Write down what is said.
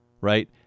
Right